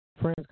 friends